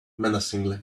menacingly